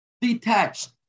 Detached